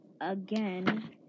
again